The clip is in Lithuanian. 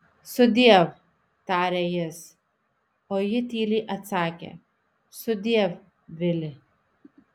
sudiev tarė jis o ji tyliai atsakė sudiev vili